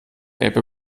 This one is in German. ebbe